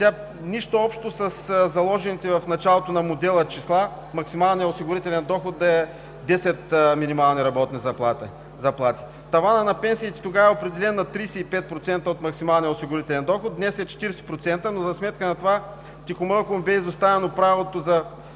нищо общо със заложените в началото на модела числа максималният осигурителен доход да е десет минимални работни заплати. Тогава таванът на пенсиите е определен на 35% от максималния осигурителен доход, а днес е 40%, но за сметка на това тихомълком бе изоставено правилото,